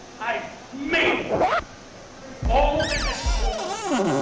i've made all that has formed you.